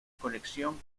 conexión